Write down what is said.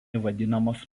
vadinamos